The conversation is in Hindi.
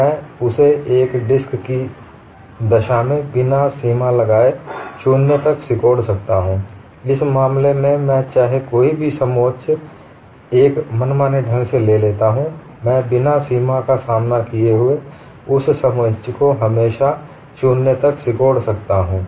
मैं उसे एक डिस्क की दशा में बिना सीमा लगाए 0 तक सिकोड़ सकता हूं इस मामले में मैं चाहे कोई भी समोच्चएक मनमाने ढंग से लेता हूं मैं बिना सीमा का सामना किए उस समोच्चको हमेशा 0 तक सिकोड़ सकता हूं